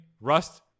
Rust